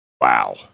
Wow